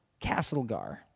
Castlegar